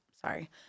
sorry